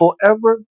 forever